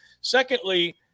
Secondly –